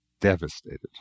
devastated